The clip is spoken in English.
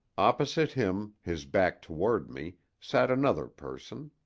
opposite him, his back toward me, sat another person.